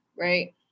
right